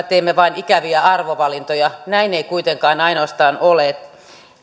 teemme vain ikäviä arvovalintoja näin ei kuitenkaan ainoastaan ole